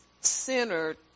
centered